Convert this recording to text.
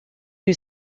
you